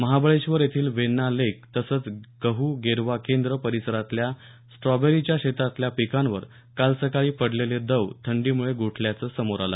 महाबळेश्वर येथील वेण्णा लेक तसंच गह गेरवा केंद्र परिसरातल्या स्ट्रॉबेरीच्या शेतातल्या पिकांवर काल सकाळी पडलेले दव थंडीमुळे गोठल्याचे समोर आले